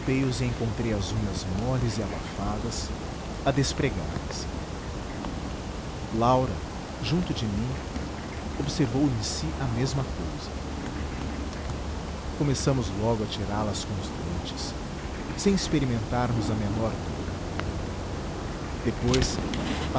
e encontrei as unhas moles e abafadas a despregarem se laura junto de mim observou em si a mesma cousa começamos logo a tirálas com os dentes sem experimentarmos a menor dor depois passamos a